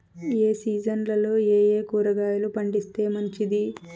ఏ సీజన్లలో ఏయే కూరగాయలు పండిస్తే మంచిది